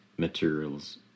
Materials